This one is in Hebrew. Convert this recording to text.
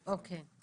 אוקיי.